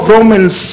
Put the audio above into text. Romans